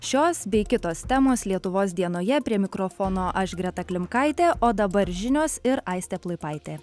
šios bei kitos temos lietuvos dienoje prie mikrofono aš greta klimkaitė o dabar žinios ir aistė plaipaitė